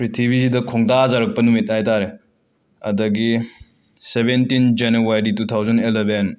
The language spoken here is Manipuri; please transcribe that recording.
ꯄ꯭ꯔꯤꯊꯤꯕꯤꯁꯤꯗ ꯈꯣꯡꯗꯥꯖꯔꯛꯄ ꯅꯨꯃꯤꯠ ꯍꯥꯏꯇꯥꯔꯦ ꯑꯗꯒꯤ seventeen January two thousand eleven